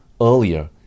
earlier